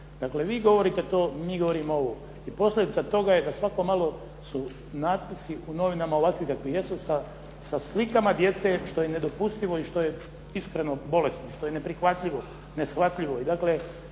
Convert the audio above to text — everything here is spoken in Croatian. dakle vi govorite to, mi govorimo ovo. I posljedica toga je da svako malo su natpisi u novinama ovakvi kakvi jesu, sa slikama djece, što je nedopustivo i što je iskreno bolesno, što je neprihvatljivo, neshvatljivo.